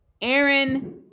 Aaron